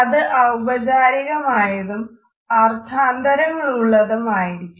അത് ഔപചാരികം ആയതും അർത്ഥാന്തരങ്ങളുള്ളതും ആയിരിക്കും